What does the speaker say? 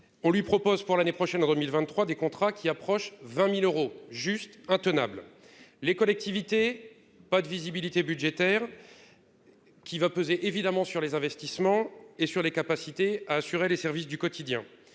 on lui propose pour l'année prochaine en 2023 des contrats qui approche 20000 euros juste intenable, les collectivités, pas de visibilité budgétaire qui va peser évidemment sur les investissements et sur les capacités à assurer les services du quotidien,